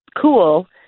cool